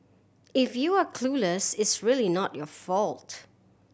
if you're clueless it's really not your fault